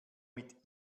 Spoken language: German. mit